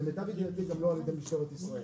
למיטב ידיעתי גם לא על ידי משטרת ישראל.